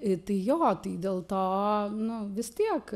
tai jo tai dėl to nu vis tiek